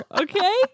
okay